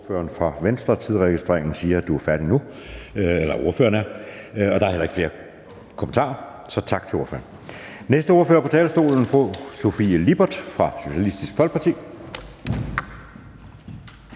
Næste ordfører på talerstolen er fru Sofie Lippert fra Socialistisk Folkeparti.